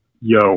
Yo